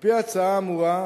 על-פי ההצעה האמורה,